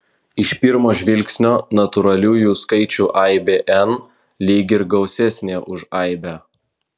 iš pirmo žvilgsnio natūraliųjų skaičių aibė n lyg ir gausesnė už aibę